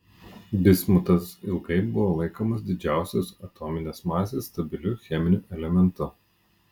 bismutas ilgai buvo laikomas didžiausios atominės masės stabiliu cheminiu elementu